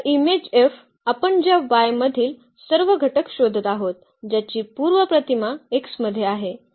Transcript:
तर image F आपण ज्या y मधील सर्व घटक शोधत आहोत ज्याची पूर्व प्रतिमा X मध्ये आहे